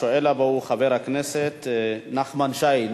השואל הבא הוא חבר הכנסת נחמן שי.